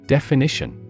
Definition